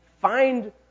Find